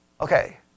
Okay